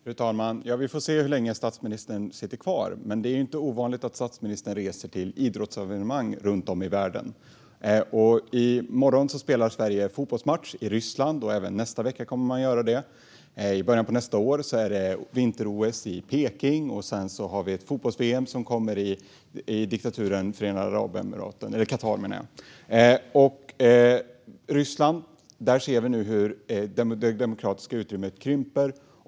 Fru talman! Vi får se hur länge statsministern sitter kvar. Men det är ju inte ovanligt att statsministern reser till idrottsevenemang runt om i världen. I morgon spelar Sverige en fotbollsmatch i Ryssland, och även i nästa vecka kommer man att göra det. I början av nästa år är det vinter-OS i Peking. Sedan kommer det ett fotbolls-VM i diktaturen Qatar. I Ryssland ser vi nu hur det demokratiska utrymmet krymper.